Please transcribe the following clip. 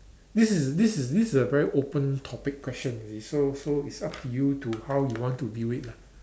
this is this is this is a very open topic question you see so so it's up to you to how you want to view it lah